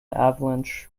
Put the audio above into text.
avalanche